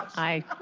i